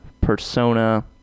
persona